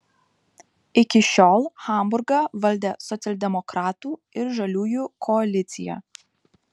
iki šiol hamburgą valdė socialdemokratų ir žaliųjų koalicija